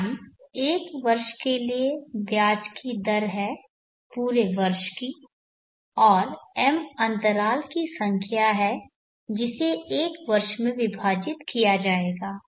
i 1 वर्ष के लिए ब्याज की दर है पूरे वर्ष की और m अंतराल की संख्या है जिसे 1 वर्ष में विभाजित किया जाएगा